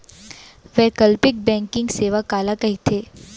वैकल्पिक बैंकिंग सेवा काला कहिथे?